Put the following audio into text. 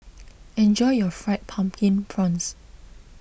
enjoy your Fried Pumpkin Prawns